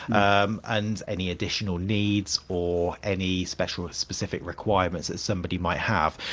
um and any additional needs or any special ah specific requirements that somebody might have,